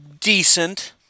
decent